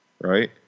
right